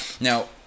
Now